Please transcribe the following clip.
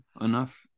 enough